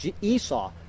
Esau